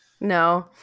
No